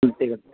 ঠিক আছে